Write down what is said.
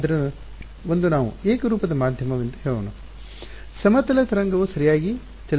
ಆದ್ದರಿಂದ ಒಂದು ನಾವು ಏಕರೂಪದ ಮಾಧ್ಯಮ ವೆಂದು ಹೇಳೋಣ ಸಮತಲ ತರಂಗವು ಸರಿಯಾಗಿ ಚಲಿಸುತ್ತಿದೆ ಎಂದು ನಮಗೆ ತಿಳಿದಿದೆ